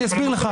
אני אסביר לך.